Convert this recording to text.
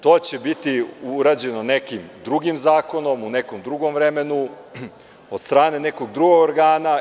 To će biti urađeno nekim drugim zakonom, u nekom drugom vremenu, od strane nekog drugog organa.